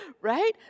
Right